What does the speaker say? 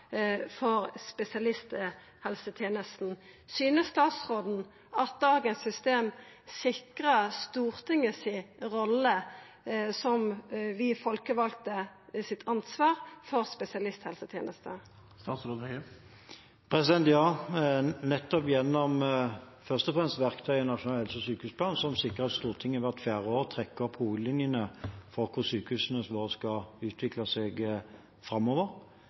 ansvar for spesialisthelsetenesta? Synest statsråden at dagens system sikrar Stortingets rolle, vårt ansvar – som folkevalde – for spesialisthelsetenesta? Ja – først og fremst gjennom verktøyet Nasjonal helse- og sykehusplan, som sikrer at Stortinget hvert fjerde år trekker opp hovedlinjene for hvor sykehusene skal utvikle seg framover.